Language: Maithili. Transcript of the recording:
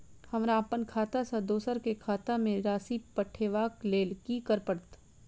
हमरा अप्पन खाता सँ दोसर केँ खाता मे राशि पठेवाक लेल की करऽ पड़त?